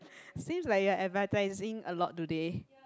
seems like you're advertising a lot today